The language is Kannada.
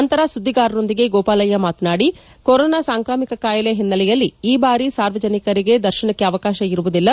ನಂತರ ಸುದ್ದಿಗಾರರೊಂದಿಗೆ ಗೋಪಾಲಯ್ಯ ಮಾತನಾಡಿ ಕೊರೋನಾ ಸಾಂಕ್ರಾಮಿಕ ಕಾಯಿಲೆ ಹಿನ್ನೆಲೆಯಲ್ಲಿ ಈ ಬಾರಿ ಸಾರ್ವಜನಿಕರಿಗೆ ದರ್ಶನಕ್ಕೆ ಅವಕಾಶ ಇರುವುದಿಲ್ಲ